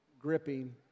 gripping